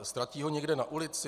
Ztratí ho někde na ulici?